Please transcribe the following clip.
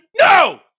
No